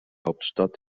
hauptstadt